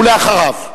אחריו,